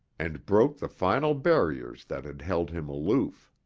and broke the final barriers that had held him aloof.